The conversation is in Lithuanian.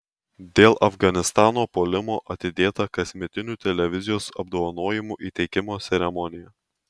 dėl afganistano puolimo atidėta kasmetinių televizijos apdovanojimų įteikimo ceremonija